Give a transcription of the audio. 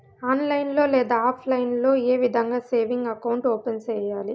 online లో లేదా offline లో ఏ విధంగా సేవింగ్ అకౌంట్ ఓపెన్ సేయాలి